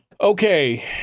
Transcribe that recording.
Okay